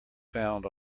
found